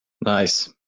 Nice